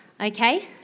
Okay